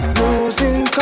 losing